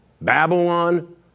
Babylon